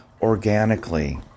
organically